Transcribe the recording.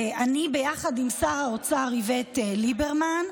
אני ביחד עם שר האוצר איווט ליברמן,